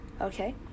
okay